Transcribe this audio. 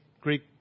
Greek